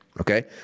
okay